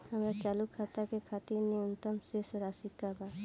हमार चालू खाता के खातिर न्यूनतम शेष राशि का बा?